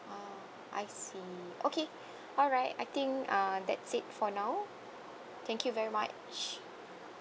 ah I see okay alright I think uh that's it for now thank you very much